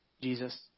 Jesus